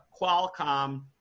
Qualcomm